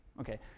okay